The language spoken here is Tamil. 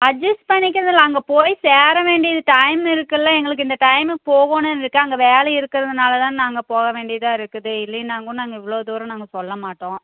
அட்ஜஸ் பண்ணிக்கிறதில்லை அங்கே போய் சேர வேண்டிய டைம் இருக்கில்ல எங்களுக்கு இந்த டைமுக்கு போகணுன்னு இருக்குது அங்கே வேலை இருக்கிறதுனாலதான் நாங்கள் போக வேண்டியதாக இருக்குது இல்லைனா கூட நாங்கள் இவ்வளோ தூரம் நாங்கள் சொல்ல மாட்டோம்